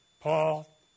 Paul